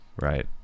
Right